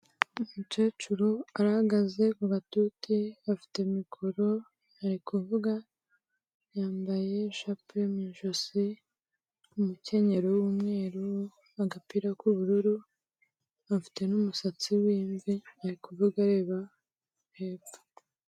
Umukecuru arahagaze ku gatuti, afite mikoro, ari kuvuga, yambaye ishapure mu ijosi, umukenyero w'umweru, agapira k'ubururu, afite n'umusatsi w'imvi, ari kuvuga areba hepfo.